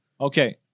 Okay